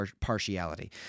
partiality